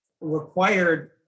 required